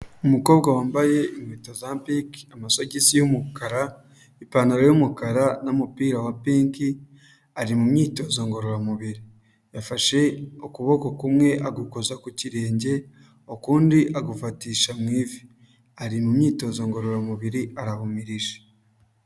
Umukobwa wambaye impeta za pinki, amasogisi y'umukara, ipantaro y'umukara n'umupira wa pinki ari mu myitozo ngororamubiri, yafashe ukuboko kumwe agukoza ku kirenge ukundi agufatisha mu ivi, ari mu myitozo ngororamubiri arahumirije.